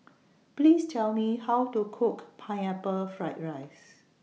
Please Tell Me How to Cook Pineapple Fried Rice